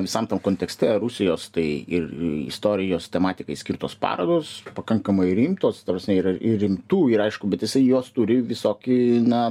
visam tam kontekste rusijos tai ir istorijos tematikai skirtos parodos pakankamai rimtos ta prasme yra ir rimtų ir aišku bet jisai jos turi visokį na